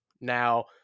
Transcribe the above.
now